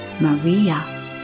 Maria